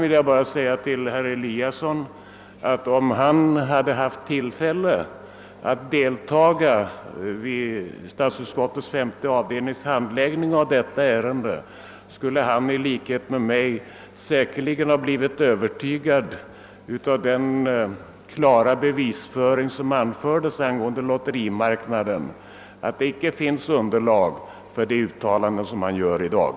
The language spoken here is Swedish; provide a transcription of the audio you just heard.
Om herr Eliasson i Sundborn hade haft tillfälle att deltaga i statsutskottets femte avdelnings handläggning av detta ärende skulle han i likhet med mig säkerligen av den klara bevisföringen angående lotterimarknaden ha blivit övertygad om att det inte finns underlag för ett sådant uttalande som han gör i dag.